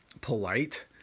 polite